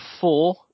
four